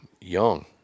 young